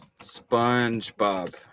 SpongeBob